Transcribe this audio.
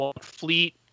fleet